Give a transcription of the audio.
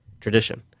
tradition